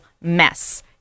mess